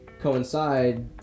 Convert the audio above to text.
coincide